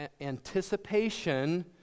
anticipation